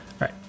Right